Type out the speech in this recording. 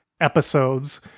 episodes